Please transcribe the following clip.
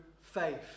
faith